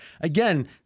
Again